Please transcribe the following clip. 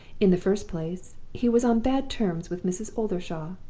in the first place, he was on bad terms with mrs. oldershaw,